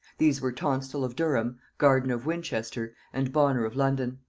these were, tonstal of durham, gardiner of winchester, and bonner of london.